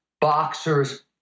boxers